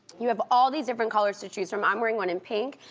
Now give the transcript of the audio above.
you have all these different colors to choose from. i'm wearing one in pink.